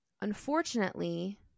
unfortunately